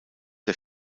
der